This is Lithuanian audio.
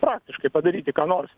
praktiškai padaryti ką nors